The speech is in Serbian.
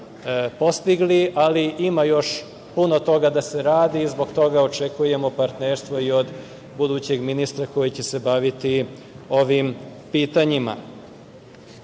ali ima još puno toga da se radi. Zbog toga očekujemo partnerstvo i od budućeg ministra koji će se baviti ovim pitanjima. Jako